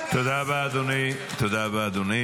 תגיד, מה עם הגז?